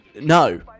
no